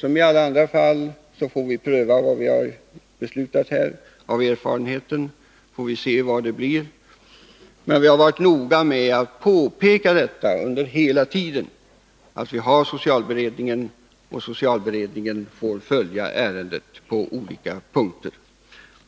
som i alla andra fall får vi senare pröva vad vi beslutat här och se vad det blir för erfarenheter. Vi har hela tiden varit noga med att påpeka detta. Socialberedningen får följa ärendet på olika punkter.